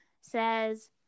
says